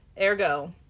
ergo